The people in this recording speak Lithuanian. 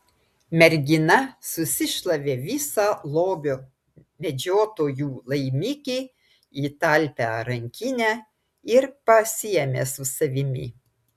mergina susišlavė visą lobio medžiotojų laimikį į talpią rankinę ir pasiėmė su savimi